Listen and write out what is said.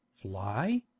Fly